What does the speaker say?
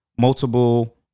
multiple